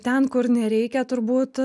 ten kur nereikia turbūt